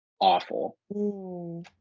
Awful